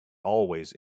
always